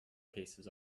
cases